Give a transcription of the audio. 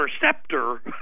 interceptor